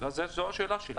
זו השאלה שלי.